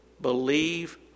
believe